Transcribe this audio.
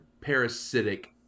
parasitic